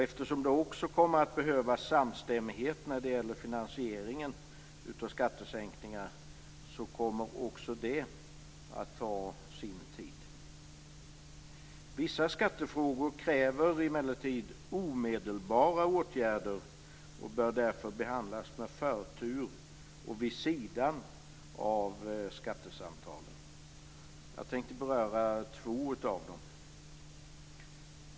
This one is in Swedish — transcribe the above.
Eftersom det också kommer att behövas samstämmighet när det gäller finansieringen av skattesänkningar kommer också det att ta sin tid. Vissa skattefrågor kräver emellertid omedelbara åtgärder och bör därför behandlas med förtur och vid sidan av skattesamtalen. Jag tänker beröra två av dessa.